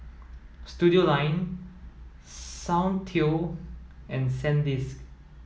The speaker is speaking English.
Studioline Soundteoh and Sandisk